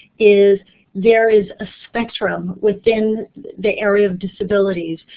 is there is a spectrum within the area of disabilities.